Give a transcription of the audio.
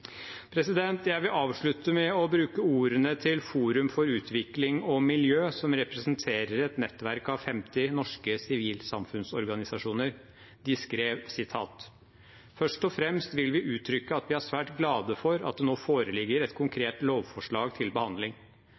Jeg vil avslutte med å bruke ordene til Forum for utvikling og miljø, som representerer et nettverk av 50 norske sivilsamfunnsorganisasjoner. De skrev: «Først og fremst vil vi uttrykke at vi er svært glade for at det nå foreligger et konkret lovforslag til behandling.